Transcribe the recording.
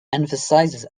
emphasizes